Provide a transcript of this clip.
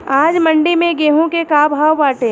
आज मंडी में गेहूँ के का भाव बाटे?